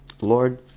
Lord